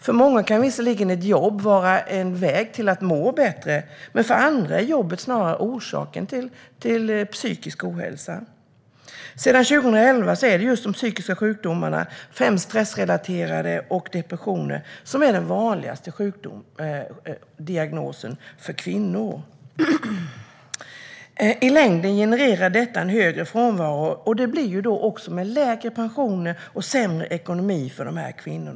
För många kan ett jobb vara en väg till att må bättre, men för andra är jobbet snarare orsaken till psykisk ohälsa. Sedan 2011 är just de psykiska sjukdomarna, främst stressrelaterade sjukdomar och depressioner, den vanligaste diagnosen för kvinnor. I längden genererar detta en högre frånvaro, med lägre pensioner och sämre ekonomi för dessa kvinnor.